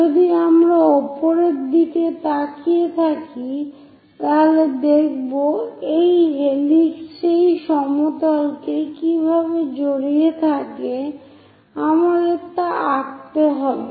যদি আমরা উপরের দিকে তাকিয়ে থাকি তাহলে দেখব সেই হেলিক্স সেই সমতল কে কীভাবে জড়িয়ে থাকে আমাদের তা আঁকতে হবে